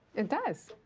it does.